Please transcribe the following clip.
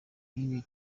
kibi